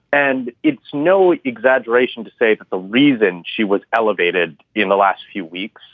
and it's no exaggeration to say that the reason she was elevated in the last few weeks,